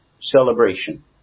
celebration